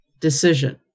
decision